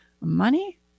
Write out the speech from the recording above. money